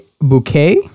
Bouquet